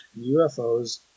UFOs